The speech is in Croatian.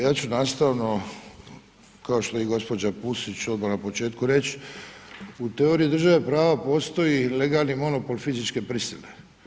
Ja ću nastavno kao što je i gospođa Pusić odmah na početku reć, u teoriji države prava postoji legalni monopol fizičke prisile.